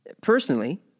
Personally